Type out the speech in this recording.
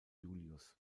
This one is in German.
julius